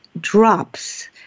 drops